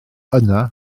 yna